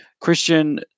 Christian